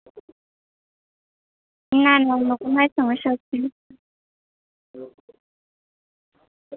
না না অন্য কোনো আর সমস্যা হচ্ছে না